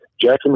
Jackson